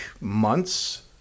months